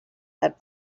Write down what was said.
had